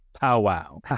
powwow